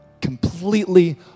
completely